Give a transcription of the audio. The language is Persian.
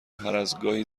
هرازگاهی